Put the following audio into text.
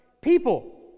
people